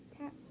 tap